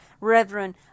Reverend